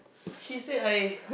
she say I